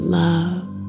love